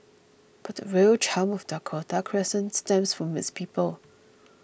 but the real charm of Dakota Crescent stems from its people